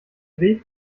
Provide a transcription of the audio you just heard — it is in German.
weg